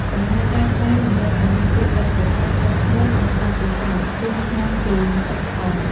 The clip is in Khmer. ដំណើរការត្បាញតម្រូវឱ្យមានភាពប៉ិនប្រសប់ អត់ធ្មត់ និងបទពិសោធន៍យូរឆ្នាំពីសិប្បករ។